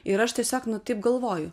ir aš tiesiog nu taip galvoju